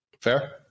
Fair